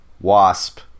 wasp